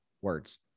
words